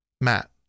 Matt